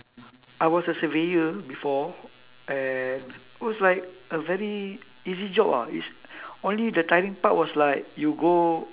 I was a surveyor before and it was like a very easy job ah it's only the tiring part was like you go